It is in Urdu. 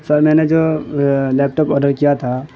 سر میں نے جو لیپٹاپ آڈر کیا تھا